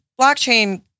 blockchain